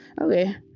okay